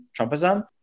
Trumpism